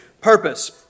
purpose